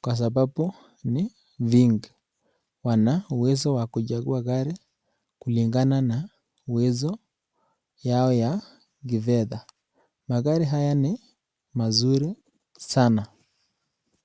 Kwa sababu ni vingi Wana uwezo wa kuchakua gari kulinga a na uwezo yao ya kifedhaa magari haya ni mazuri sana.